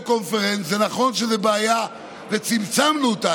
זה חוק מושחת, חוק שעלותו מיותרת בתקופה